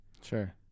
Sure